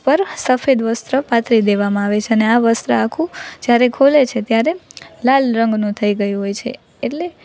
પર સફેદ વસ્ત્ર પાથરી દેવામાં આવે છે અને આ વસ્ત્ર આખું જ્યારે ખોલે છે ત્યારે લાલ રંગનું થઈ ગયું હોય છે એટલે